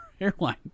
airline